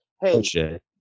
Hey